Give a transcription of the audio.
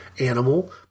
Animal